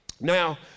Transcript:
now